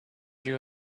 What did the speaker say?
you